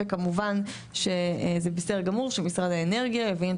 וכמובן שזה בסדר שמשרד האנרגיה יבין את